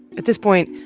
at this point,